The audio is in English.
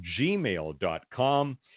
gmail.com